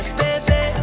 baby